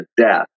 death